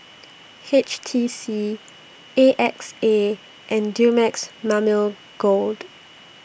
H T C A X A and Dumex Mamil Gold